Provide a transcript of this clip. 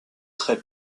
très